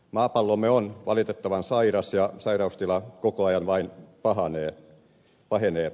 maapallomme on valitettavan sairas ja sairaustila koko ajan vain pahenee